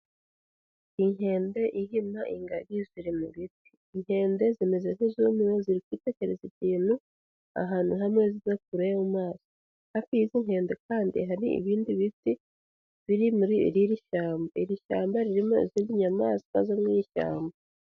Inkende, inkima, ingagi ziri mu biti, inkende zimeze nk'izumiwe ziri kwitegereza ikintu ahantu hamwe zidakurayo amaso, hafi y'izi inkende kandi hari ibindi biti, biri muri iri shyamba, iri shyamba ririmo izindi nyamaswa zo mu iri ishyamba.